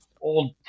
old